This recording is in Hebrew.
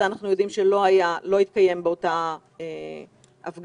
אנחנו יודעים שלא התקיים באותה הפגנה,